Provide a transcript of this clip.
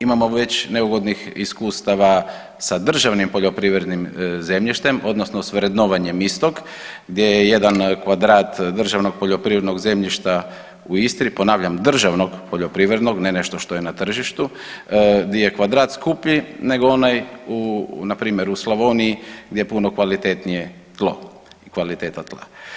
Imamo već neugodnih iskustava sa državnim poljoprivrednim zemljištem, odnosno sa vrednovanjem istog gdje je jedan kvadrat državnog poljoprivrednog zemljišta u Istri, ponavljam državnog poljoprivrednog ne nešto što je na tržištu gdje je kvadrat skuplji nego onaj na primjer u Slavoniji gdje je puno kvalitetnije tlo i kvaliteta tla.